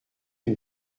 une